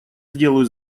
сделаю